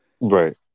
Right